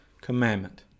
commandment